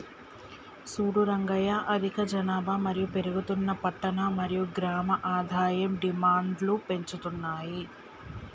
సూడు రంగయ్య అధిక జనాభా మరియు పెరుగుతున్న పట్టణ మరియు గ్రామం ఆదాయం డిమాండ్ను పెంచుతున్నాయి